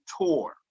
tour